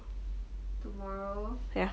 tomorrow